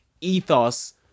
ethos